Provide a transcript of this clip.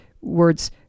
words